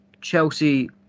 Chelsea